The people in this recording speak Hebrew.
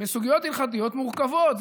בסוגיות הלכתיות מורכבות.